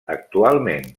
actualment